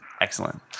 Excellent